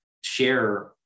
share